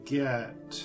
get